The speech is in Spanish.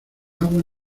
agua